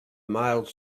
mild